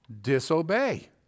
disobey